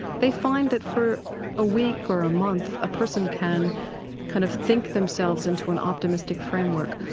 they find that for a week or a month a person can kind of think themselves into an optimistic framework.